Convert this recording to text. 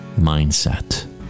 mindset